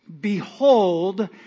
behold